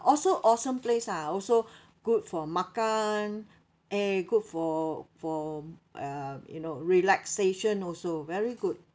also awesome place ah also good for makan eh good for for um you know relaxation also very good